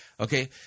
Okay